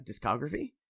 discography